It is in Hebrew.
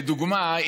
לדוגמה,